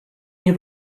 nie